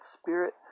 spirit